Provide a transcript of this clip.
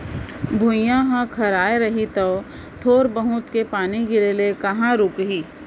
भुइयॉं ह खराय रही तौ थोर बहुत के पानी गिरे ले कहॉं रूकही